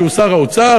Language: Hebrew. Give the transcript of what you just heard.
שהוא שר האוצר,